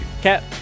Cat